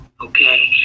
okay